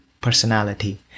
personality